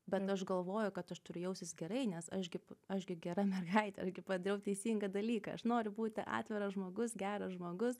bet aš galvoju kad aš turiu jaustis gerai nes aš gi aš gi gera mergaitė aš gi padariau teisingą dalyką aš noriu būti atviras žmogus geras žmogus